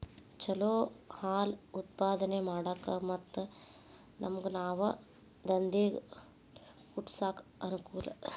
ಚಲೋ ಹಾಲ್ ಉತ್ಪಾದನೆ ಮಾಡಾಕ ಮತ್ತ ನಮ್ಗನಾವ ದಂದೇಗ ಹುಟ್ಸಾಕ ಅನಕೂಲ